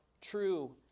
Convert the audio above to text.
true